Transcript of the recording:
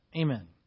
Amen